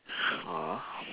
ah